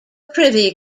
privy